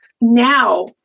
Now